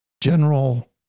general